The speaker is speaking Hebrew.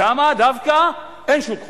שם דווקא אין שוק חופשי,